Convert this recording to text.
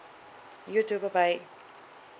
you too bye bye